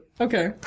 Okay